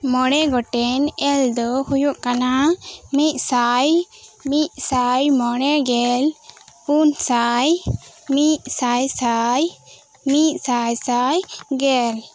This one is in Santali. ᱢᱚᱬᱮ ᱜᱚᱴᱮᱱ ᱮᱞ ᱫᱚ ᱦᱩᱭᱩᱜ ᱠᱟᱱᱟ ᱢᱤᱜ ᱥᱟᱭ ᱢᱤᱜ ᱥᱟᱭ ᱢᱚᱬᱮ ᱜᱮᱞ ᱯᱩᱱ ᱥᱟᱭ ᱢᱤᱫ ᱥᱟᱭ ᱥᱟᱭ ᱢᱤᱜ ᱥᱟᱭ ᱥᱟᱭ ᱜᱮᱞ